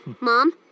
Mom